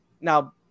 Now